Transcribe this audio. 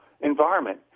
environment